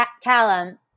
Callum